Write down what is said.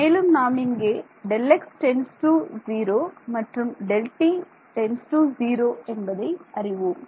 மேலும் நாம் இங்கே Δx → 0 மற்றும் Δt → 0 என்பதை அறிவோம்